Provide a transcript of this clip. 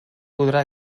podrà